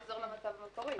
אמרנו לחזור למצב המקורי.